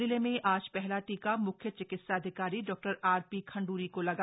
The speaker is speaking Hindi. जिले में आज पहला टीका मुख्य चिकित्साधिकारी डॉ आरपी खण्डूरी को लगा